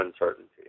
uncertainty